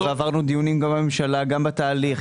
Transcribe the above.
הכנסת בתי חולים סיעודיים, הכנסת את בתי האבות,